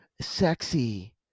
sexy